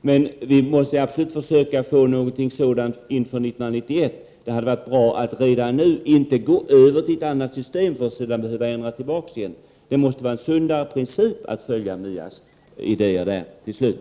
men vi måste absolut få någonting sådant inför 1991. Det hade varit bra att inte redan nu gå över till ett annat system och sedan kanske behöva ändra tillbaka igen. Det måste vara en sundare princip att tillämpa MIA:s idé i det fallet.